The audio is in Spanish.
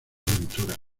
aventura